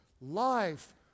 life